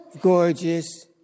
gorgeous